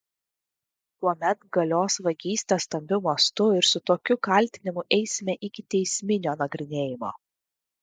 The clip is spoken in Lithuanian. tuomet galios vagystė stambiu mastu ir su tokiu kaltinimu eisime iki teisminio nagrinėjimo